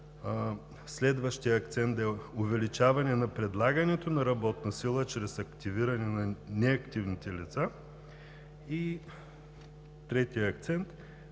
Следващият акцент да е от увеличаване на предлагането на работна сила чрез активиране на неактивните лица. Третият акцент